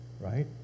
Right